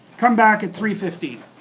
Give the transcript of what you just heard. come back at three fifteen.